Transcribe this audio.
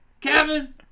Kevin